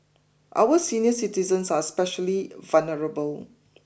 our senior citizens are especially vulnerable